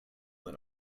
than